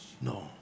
No